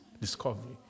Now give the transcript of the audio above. discovery